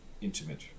intimate